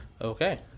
Okay